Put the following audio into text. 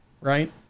Right